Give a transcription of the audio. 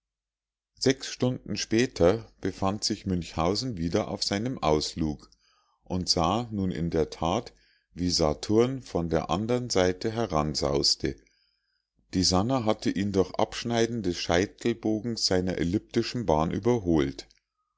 sechs stunden später befand sich münchhausen wieder auf seinem auslug und sah nun in der tat wie saturn von der andern seite heransauste die sannah hatte ihn durch abschneiden des scheitelbogens seiner ellyptischen bahn überholt